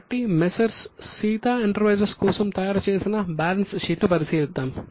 కాబట్టి messrs Sita enterprises కోసం తయారు చేసిన బ్యాలెన్స్ షీట్ ను పరిశీలిద్దాం